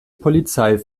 polizei